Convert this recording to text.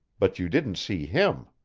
but you didn't see him.